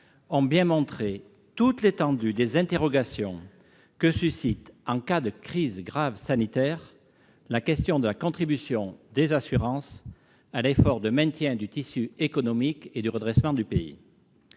ont bien montré toute l'étendue des interrogations que suscite, en cas de crise sanitaire grave, la question de la contribution des assurances à l'effort de maintien du tissu économique et de redressement du pays.